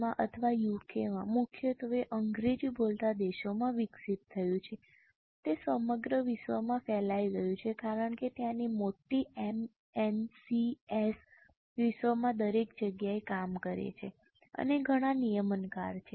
માં અથવા યુકેમાં મુખ્યત્વે અંગ્રેજી બોલતા દેશોમાં વિકસિત થયું છે તે સમગ્ર વિશ્વમાં ફેલાઈ ગયું છે કારણ કે ત્યાંની મોટી MNCs વિશ્વમાં દરેક જગ્યાએ કામ કરે છે અને ઘણા નિયમનકાર છે